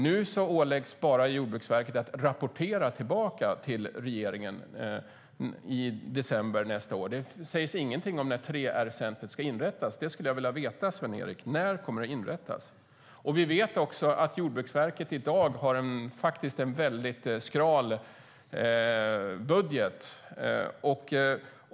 Nu åläggs bara Jordbruksverket att rapportera tillbaka till regeringen i december nästa år. Det sägs ingenting om när 3R-centret ska inrättas. Det skulle jag vilja veta, Sven-Erik. När kommer det att inrättas? Vi vet också att Jordbruksverket i dag har en väldigt skral budget.